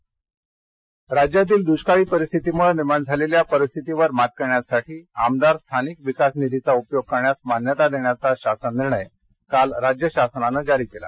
दष्काळ राज्यातील दृष्काळी परिस्थितीमुळे निर्माण झालेल्या परिस्थितीवर मात करण्यासाठी आमदार स्थानिक विकास निधीचा उपयोग करण्यास मान्यता देण्याचा शासन निर्णय काल राज्य शासनाने जारी केला